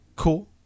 Cool